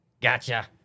Gotcha